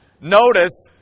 notice